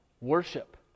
Worship